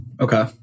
Okay